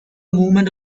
movement